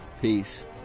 peace